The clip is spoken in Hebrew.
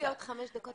אני